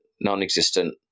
non-existent